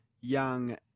Young